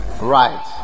Right